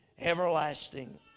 everlasting